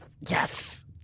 Yes